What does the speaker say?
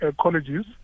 colleges